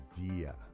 idea